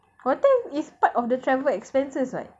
hotel is part of the travel expenses [what]